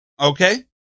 okay